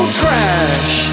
trash